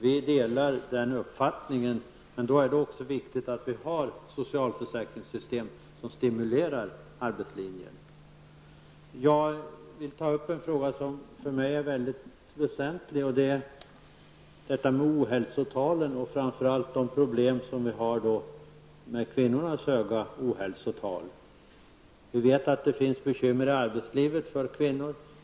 Vi delar den uppfattningen. Men då är det också viktigt att vi har ett socialförsäkringssystem som stimulerar arbetslinjen. Jag vill också ta upp en annan fråga som är mycket väsentlig. Det gäller ohälsotalen, framför allt problemen med kvinnornas höga ohälsotal. Vi vet att det finns speciella problem i arbetslivet för kvinnor.